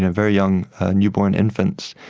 ah very young newborn infants,